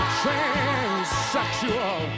transsexual